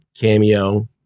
cameo